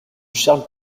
charles